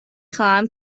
خواهم